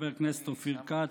חבר הכנסת אופיר כץ,